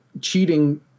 cheating